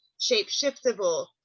shape-shiftable